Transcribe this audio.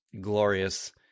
glorious